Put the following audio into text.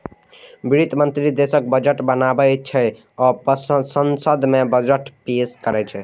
वित्त मंत्री देशक बजट बनाबै छै आ संसद मे बजट पेश करै छै